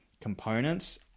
components